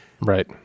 Right